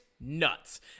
nuts